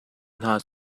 hna